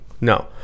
no